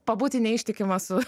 pabūti neištikima su